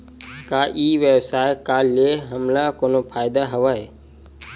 का ई व्यवसाय का ले हमला कोनो फ़ायदा हवय?